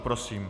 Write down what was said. Prosím.